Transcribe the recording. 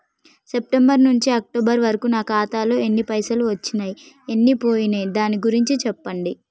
September నుంచి October వరకు నా ఖాతాలో ఎన్ని పైసలు వచ్చినయ్ ఎన్ని పోయినయ్ దాని గురించి చెప్పండి?